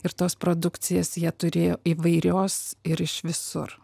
ir tos produkcijos jie turėjo įvairios ir iš visur